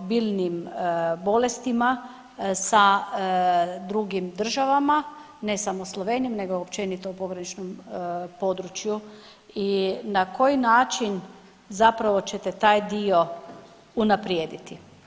biljnim bolestima sa drugim državama ne samo Slovenijom nego općenito o pograničnom području i na koji način zapravo ćete taj dio unaprijediti?